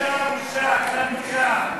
בושה, בושה.